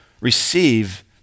receive